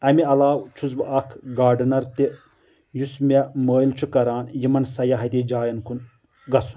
امہِ علاوٕ چھُس بہٕ اکھ گاڈنر تہِ یُس مےٚ مٲیل چھُ کران یِمن سیاحتی جایَن کُن گژھُن